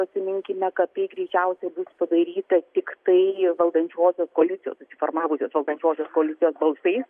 atsiminkime kad tai greičiausiai bus padaryta tiktai valdančiosios koalicijos susiformavusios valdančiosios koalicijos balsais